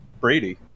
Brady